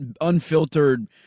unfiltered